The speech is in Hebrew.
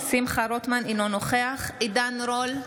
אינו נוכח עידן רול,